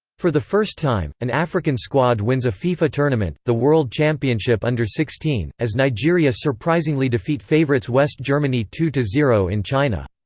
for the first time, an african squad wins a fifa tournament, the world championship under sixteen, as nigeria surprisingly defeat favourites west germany two two zero in china.